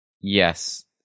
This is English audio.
yes